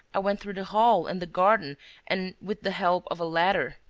i went through the hall and the garden and, with the help of a ladder.